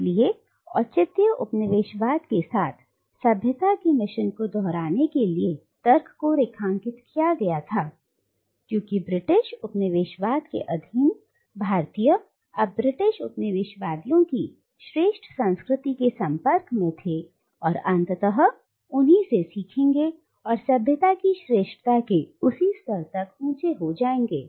इसलिए औचित्य उपनिवेशवाद के साथ सभ्यता के मिशन को दोहराने के लिए तर्क को रेखांकित किया गया था क्योंकि ब्रिटिश उपनिवेशवाद के अधीन भारतीय अब ब्रिटिश उपनिवेशवादियों की श्रेष्ठ संस्कृति के संपर्क में थे और अंततः उन्हीं से सीखेंगे और सभ्यता की श्रेष्ठता के उसी स्तर तक ऊंचे हो जाएंगे